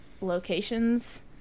locations